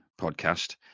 podcast